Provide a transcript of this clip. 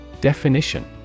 Definition